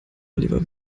oliver